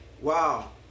Wow